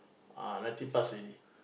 ah ninety plus already